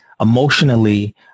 emotionally